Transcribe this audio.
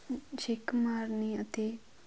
ਛਿੱਕ ਮਾਰਨੀ ਅਤੇ